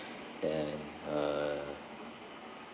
then uh